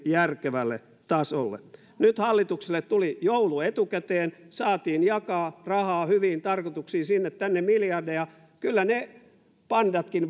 järkevälle tasolle nyt hallitukselle tuli joulu etukäteen saatiin jakaa rahaa hyviin tarkoituksiin sinne tänne miljardeja kyllä ne pandatkin